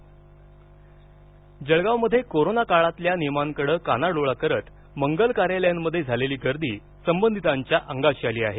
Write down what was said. जळगाव निर्बंध जळगावमध्ये कोरोना काळातील नियमांकडे कानाडोळा करत मंगल कार्यालयांमध्ये झालेली गर्दी संबंधितांच्या अंगाशी आली आहे